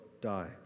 die